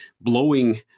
blowing